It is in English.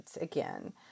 again